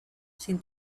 sin